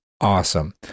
awesome